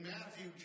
Matthew